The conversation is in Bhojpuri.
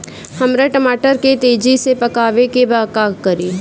हमरा टमाटर के तेजी से पकावे के बा का करि?